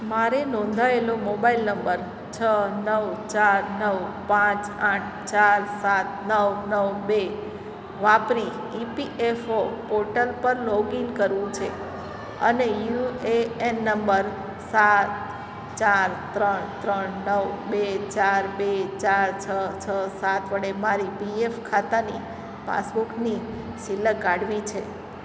મારે નોંધાયેલો mobile number છ નવ ચાર નવ પાંચ આઠ ચાર સાત નવ નવ બે વાપરી ઇપીએફઓ પોર્ટલ પર લોગિન કરવું છે અને યુ એ એન નંબર સાત ચાર ત્રણ ત્રણ નવ બે ચાર બે ચાર છ છ સાત વડે મારી પીએફ ખાતાની પાસબુકની સીલક કાઢવી છે